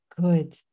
good